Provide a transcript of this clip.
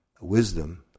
wisdom